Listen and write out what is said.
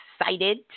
excited